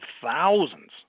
thousands